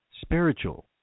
spiritual